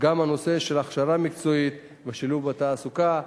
גם הנושא של הכשרה מקצועית ושילוב בתעסוקה.